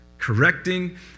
Correcting